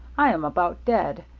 i am about dead.